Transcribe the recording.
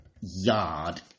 yard